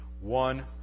one